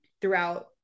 throughout